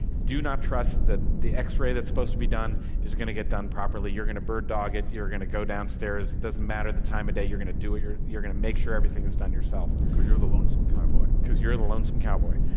do not trust that the x-ray that is supposed to be done is going to get done properly, you're going to bird-dog it, you're going to go downstairs, it doesn't matter the time of day, you're going to do it, you're you're going to make sure everything is done yourself. because you're the lonesome cowboy. because you're the lonesome cowboy.